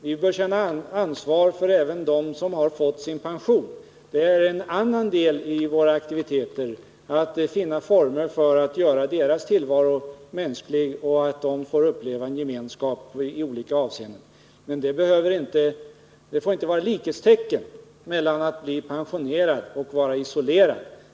Vi bör känna ansvar även för dem som har fått sin pension. Det är en annan del av våra aktiviteter, att finna former för att göra deras tillvaro mänsklig och ge dem möjlighet att uppleva gemenskap i olika avseenden. Det får inte vara likhetstecken mellan att bli pensionerad och att vara isolerad.